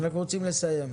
אנחנו רוצים לסיים.